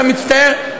אני מצטער,